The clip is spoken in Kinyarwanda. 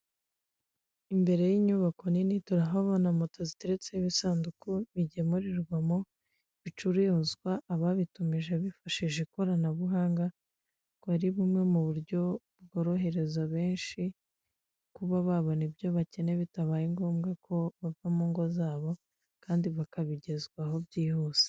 Imbere y'inyubako nini turahabona moto ziteretse ibisanduku bigemurirwamo bicuruzwa ababitumije bifashishije ikoranabuhanga, akaba ari bumwe mu buryo bworohereza benshi kuba babona ibyo bakeneye bitabaye ngombwa ko bava mu ngo zabo kandi bakabigezwaho byihuse.